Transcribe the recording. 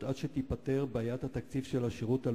עד שתיפתר בעיית התקציב של השירות הלאומי,